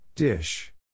Dish